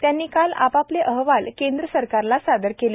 त्यांनी काल आपापले अहवाल केंद्रसरकारला सादर केले